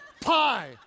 pie